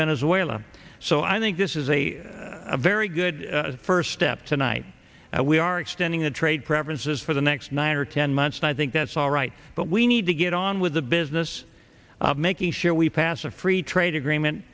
venezuela so i think this is a very good first step tonight we are extending the trade preferences for the next nine or ten months and i think that's all right but we need to get on with the business of making sure we pass a free trade agreement